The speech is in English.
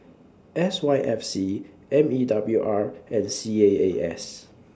S Y F C M E W R and C A A S